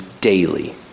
daily